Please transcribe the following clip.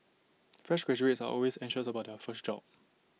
fresh graduates are always anxious about their first job